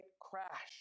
crash